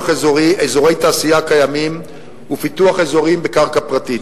אזורי תעשייה קיימים ופיתוח אזורים בקרקע פרטית.